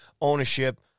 ownership